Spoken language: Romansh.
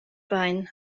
bain